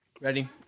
Ready